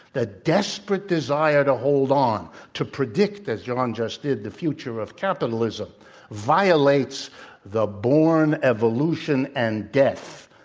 the desperate desire to hold on, to predict, as john just did, the future of capitalism violates the born, evolution, and death.